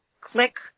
click